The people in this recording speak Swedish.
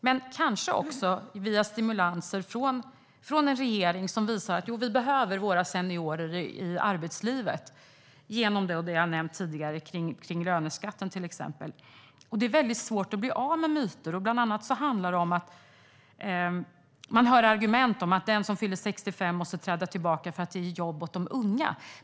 Men det handlar kanske om stimulanser från en regering som visar: Jo, vi behöver våra seniorer i arbetslivet. Det handlar om det som jag har nämnt tidigare om löneskatten, till exempel. Det är väldigt svårt att bli av med myter. Man hör argument om att den som fyller 65 måste träda tillbaka för att ge jobb åt de unga.